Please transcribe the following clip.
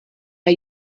are